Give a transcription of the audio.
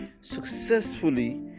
successfully